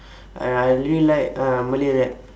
uh I only like uh malay rap